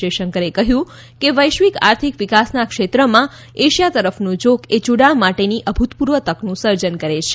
જયશંકરે કહ્યું કે વૈશ્વિક આર્થિક વિકાસના ક્ષેત્રમાં એશિયા તરફનો ઝોક એ જોડાણ માટેની અભૂતપૂર્વ તકનું સર્જન કરે છે